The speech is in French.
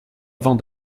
avant